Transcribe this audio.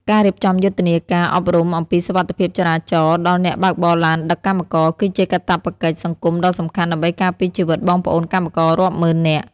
ការរៀបចំយុទ្ធនាការអប់រំអំពីសុវត្ថិភាពចរាចរណ៍ដល់អ្នកបើកបរឡានដឹកកម្មករ គឺជាកាតព្វកិច្ចសង្គមដ៏សំខាន់ដើម្បីការពារជីវិតបងប្អូនកម្មកររាប់ម៉ឺននាក់។